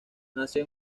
nació